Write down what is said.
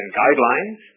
guidelines